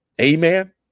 amen